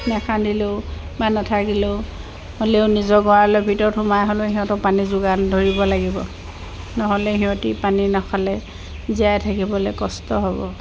নাখান্দিলেও বা নাথাকিলেও হ'লেও নিজৰ গঁৰালৰ ভিতৰত সোমাই হ'লেও সিহঁতক পানী যোগান ধৰিব লাগিব নহ'লে সিহঁতে পানী নাখালে জীয়াই থাকিবলৈ কষ্ট হ'ব